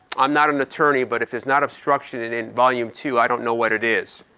i'm not an attorney but if there's not obstruction in in volume two, i don't know what it is.